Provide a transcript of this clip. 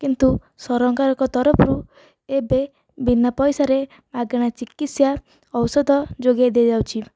କିନ୍ତୁ ସରକାରଙ୍କ ତରଫରୁ ଏବେ ବିନା ପଇସାରେ ମାଗଣା ଚିକିତ୍ସା ଔଷଧ ଯୋଗାଇ ଦିଆଯାଉଛି